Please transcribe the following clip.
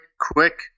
Quick